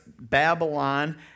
Babylon